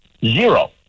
Zero